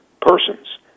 persons